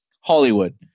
Hollywood